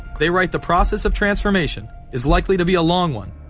they write the process of transformation is likely to be a long one,